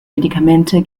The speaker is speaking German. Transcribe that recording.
medikamente